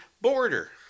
border